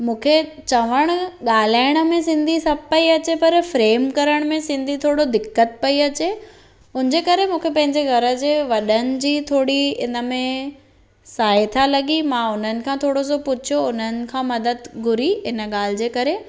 मूंखे चवणु ॻाल्हाइण में सिंधी सफ़ा ई अचे पर फ्रेम करण में सिंधी थोरो दिक़त पई अचे हुन जे करे मूंखे पंहिंजे घर जे वॾनि जी थोरी हिन में सहायता लॻी मां हुननि खां थोरो सो पुछो हुननि खां मदद घुरी हिन ॻाल्हि जे करे